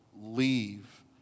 leave